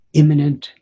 imminent